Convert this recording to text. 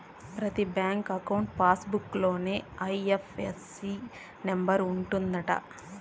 ప్రతి bank account passbook లోనే IFSC number ఉంటది అంట